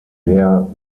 der